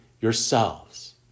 yourselves